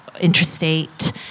interstate